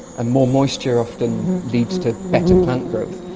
and more moisture often leads to better plant growth.